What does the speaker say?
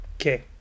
Okay